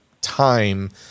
time